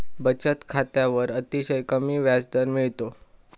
बचत खात्यावर अतिशय कमी व्याजदर मिळतो